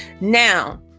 now